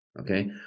Okay